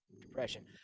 depression